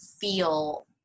Feel